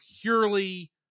purely